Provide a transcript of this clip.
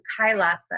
Kailasa